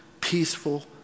peaceful